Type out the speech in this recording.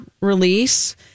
release